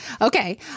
Okay